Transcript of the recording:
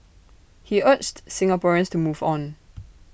he urged Singaporeans to move on